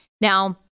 Now